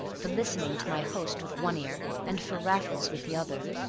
the listening to my host with one ear and for raffles with the other!